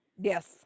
Yes